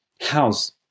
house